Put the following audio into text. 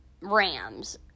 Rams